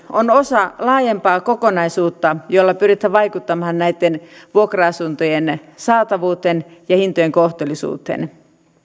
on osa laajempaa kokonaisuutta jolla pyritään vaikuttamaan vuokra asuntojen saatavuuteen ja hintojen kohtuullisuuteen